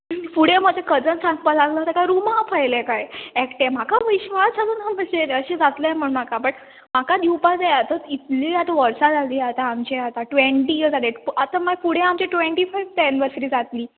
फुडें म्हजें कजन सांगपाक लागलो ताका रुमांत व्हयलें खंय एकटें म्हाका विश्वास असो ना ताचेर अशें जातलें म्हण म्हाका म्हाका दिवपाक जाय आतां कितली आतां वर्सा जालीं आमचें आतां ट्वेंटी इयर्स जालें आतां फुडें मागीर आमचें ट्वेन्टी फिफ्त एनिवरसरी जातली